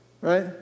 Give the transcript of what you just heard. right